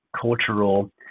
cultural